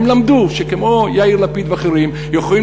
הם למדו שכמו יאיר לפיד ואחרים, יכולים